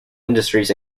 industries